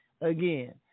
again